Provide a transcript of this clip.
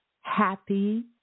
Happy